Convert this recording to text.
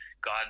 god